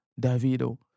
Davido